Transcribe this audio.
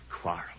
quarrel